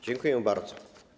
Dziękuję bardzo.